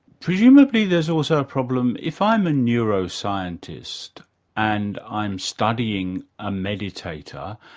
presumably there's also a problem if i'm a neuroscientist and i'm studying a meditator,